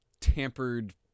tampered